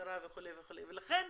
והמשטרה וכו' וכו'.